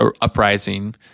uprising